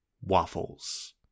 Waffles